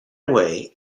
away